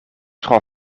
tro